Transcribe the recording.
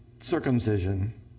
circumcision